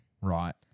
Right